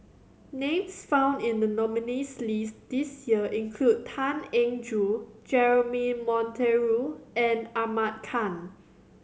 names found in the nominees' list this year include Tan Eng Joo Jeremy Monteiro and Ahmad Khan